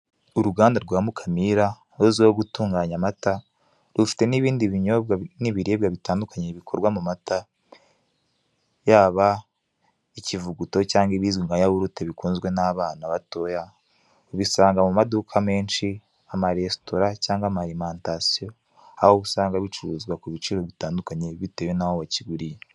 Uruganda rwa Muakamira ruzwiho gutunganya amata rufite n'ibindi binyobwa n'ibiribwa bikorwa mu mata, yaba ikivuguto cyangwa ibizwi nka yawurute bikunzwe n'abana batoya ubisanga mu maduka menshi, amaresitora cyangwa amalimantasiyo aho uba usanga bicuruzwa ku biciro bitandukanye bitewe naho wakiguriye.